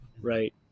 right